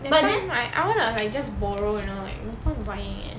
that time right I wanna like just borrow you know like no point buying eh